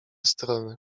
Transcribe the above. strony